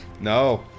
No